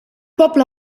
poble